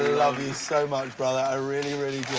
love you so much, brother, i really, really